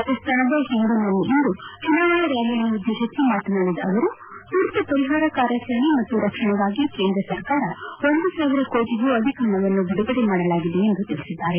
ರಾಜಸ್ತಾನದ ಹಿಂದೂನ್ನಲ್ಲಿಂದು ಚುನಾವಣಾ ರ್ಕಾಲಿಯನ್ನುದ್ದೇತಿಸಿ ಮಾತನಾಡಿದ ಅವರು ತುರ್ತು ಪರಿಹಾರ ಕಾರ್ಯಾಚರಣೆ ಮತ್ತು ರಕ್ಷಣೆಗಾಗಿ ಕೇಂದ್ರ ಸರ್ಕಾರ ಒಂದು ಸಾವಿರ ಕೋಟಗೂ ಅಧಿಕ ಪಣವನ್ನು ಬಿಡುಗಡೆ ಮಾಡಲಾಗಿದೆ ಎಂದು ತಿಳಿಸಿದ್ದಾರೆ